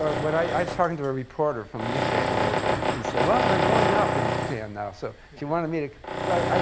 when i was talking to a reporter from nikkei the other day, and she said, well, they're going up in japan, now, so she wanted me to, so i